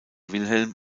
wilhelm